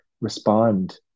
respond